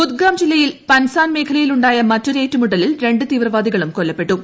ബുദ്ഗാം ജില്ലയിൽ പൻസാൻ മേഖലയിൽ ഉണ്ടായ മറ്റൊരു ഏറ്റുമുട്ടലിൽ രണ്ട് തീവ്രവാദികളും കൊല്ലപ്പെട്ടു